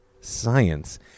science